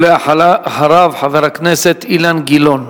אחריו, חבר הכנסת אילן גילאון.